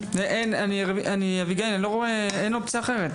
אין אופציה אחרת.